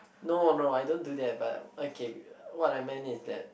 no no I don't do that but okay what I meant is that